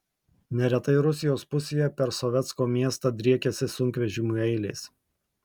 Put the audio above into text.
neretai rusijos pusėje per sovetsko miestą driekiasi sunkvežimių eilės